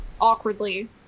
awkwardly